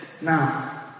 now